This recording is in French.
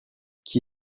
qui